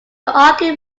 argue